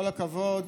עם כל הכבוד,